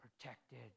protected